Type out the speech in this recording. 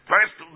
First